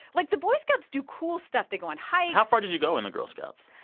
like, the boy scouts do cool stuff. they go on hikes how far did you go in the girl scouts?